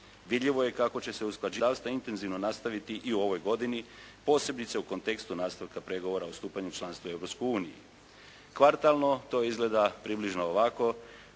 Vidljivo je kako će se usklađivanje zakonodavstva intenzivno nastaviti i u ovoj godini posebice u kontekstu nastavka pregovora o stupanju članstva u Europskoj uniji. Kvartalno to izgleda približno ovako,